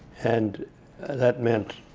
and that meant,